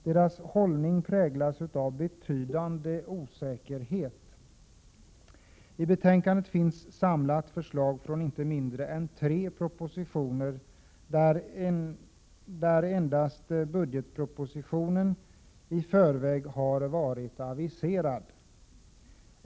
Deras hållning präglas av betydande osäkerhet. I betänkandet finns samlade förslag från inte mindre än tre propositioner. Av dessa tre propositioner har endast budgetpropositionen varit aviserad i förväg.